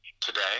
today